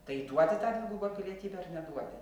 tai duoti tą dvigubą pilietybę ar neduoti